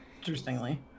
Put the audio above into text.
interestingly